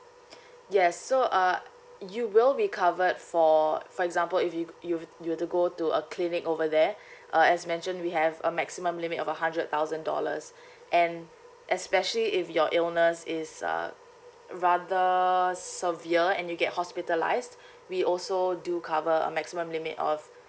yes so uh you will be covered for for example if you you you were to go to a clinic over there uh as mentioned we have a maximum limit of a hundred thousand dollars and especially if your illness is uh rather severe and you get hospitalised we also do cover a maximum limit of